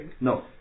No